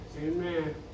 Amen